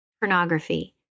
pornography